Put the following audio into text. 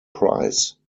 price